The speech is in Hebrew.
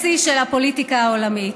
מסי של הפוליטיקה העולמית.